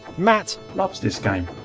matt loves this game!